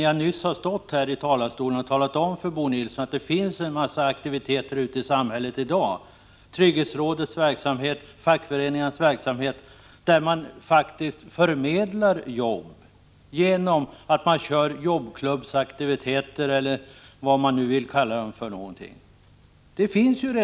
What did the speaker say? Jag har alldeles nyss talat om för Bo Nilsson att det finns en massa aktiviteter i samhället i dag — trygghetsrådets verksamhet, fackföreningarnas verksamhet — där man faktiskt förmedlar jobb genom jobbklubbsaktiviteter eller vad man vill kalla det.